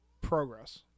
progress